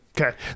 Okay